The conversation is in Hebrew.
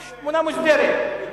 או בית-אל.